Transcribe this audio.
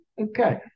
Okay